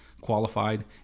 qualified